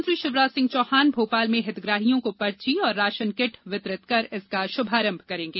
मुख्यमंत्री शिवराज सिंह चौहान भोपाल में हितग्राहियों को पर्ची और राशन किट वितरित कर इसका शुभारंभ करेंगे